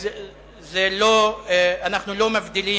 אנחנו לא מבדילים,